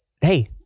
Hey